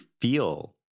feel